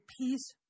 peace